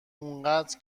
انقدر